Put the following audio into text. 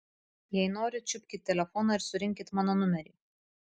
jei norit čiupkit telefoną ir surinkit mano numerį